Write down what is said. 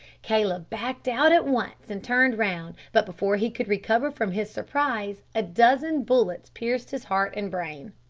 caleb backed out at once and turned round, but before he could recover from his surprise a dozen bullets pierced his heart and brain.